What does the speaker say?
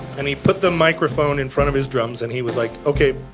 and he put the microphone in front of his drums, and he was like, okay,